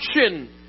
action